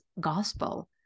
gospel